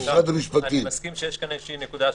אני מסכים שיש כאן איזושהי נקודה,